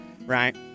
Right